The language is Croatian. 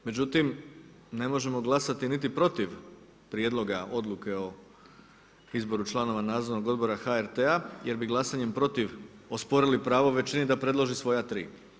Međutim, ne možemo glasati niti protiv prijedloga Odluke o izboru članova Nadzornog odbora HRT-a jer bi glasanjem protiv osporili pravo većini da predloži svoja tri.